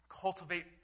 cultivate